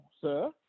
sir